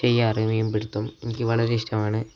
ചെയ്യാറുള്ളത് മീൻപിടുത്തം എനിക്ക് വളരെ ഇഷ്ടമാണ്